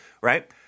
right